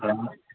हा